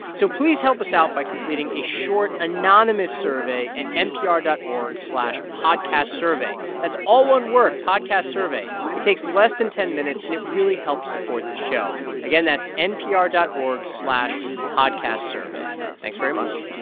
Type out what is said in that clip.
so please help us out by completing a short, anonymous survey at npr dot org slash podcastsurvey. that's all one word podcastsurvey. it takes less than ten minutes, and it really helps support the show. again, that's npr dot org slash podcastsurvey. thanks very much